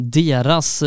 deras